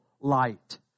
light